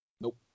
nope